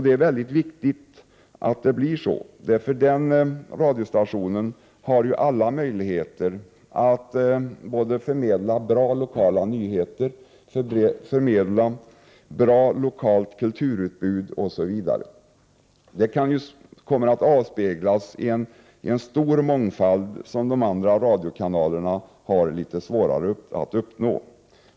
Det är mycket viktigt, för en radiostation med dessa förstärkta resurser har ju alla möjligheter att förmedla bra lokala nyheter, förmedla bra lokalt kulturutbud, osv. Det kommer att avspeglas i en mångfald som de andra radiokanalerna har litet svårare att uppnå.